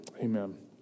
Amen